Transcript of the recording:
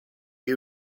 you